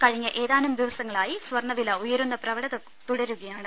കഴിഞ്ഞ ഏതാനും ദിവസങ്ങളായി സ്വർണവില ഉയരുന്ന പ്രവണത തുടരുകയാണ്